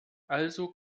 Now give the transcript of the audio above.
also